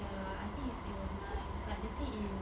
ya I think it was nice but the thing is